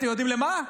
אתם יודעים למה?